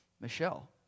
Michelle